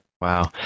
wow